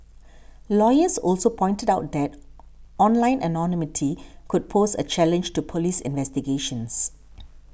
lawyers also pointed out that online anonymity could pose a challenge to police investigations